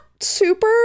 super